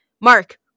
mark